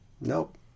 nope